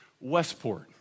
Westport